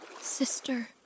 sister